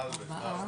הצבעה בעד,